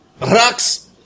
rocks